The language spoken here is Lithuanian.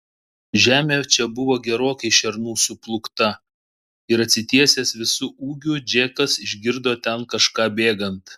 žemė čia buvo gerokai šernų suplūkta ir atsitiesęs visu ūgiu džekas išgirdo ten kažką bėgant